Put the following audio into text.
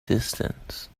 distance